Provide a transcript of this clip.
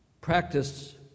Practice